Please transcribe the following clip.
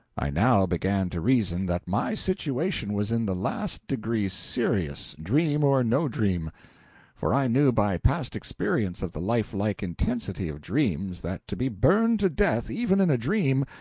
i now began to reason that my situation was in the last degree serious, dream or no dream for i knew by past experience of the lifelike intensity of dreams, that to be burned to death, even in a dream,